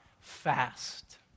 fast